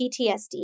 PTSD